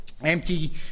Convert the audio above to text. empty